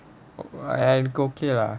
I'm okay ah